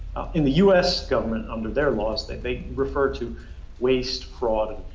in the us government, under their laws, they refer to waste, fraud,